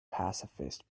pacifist